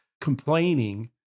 complaining